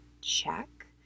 Check